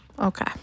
Okay